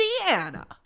Indiana